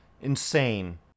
Insane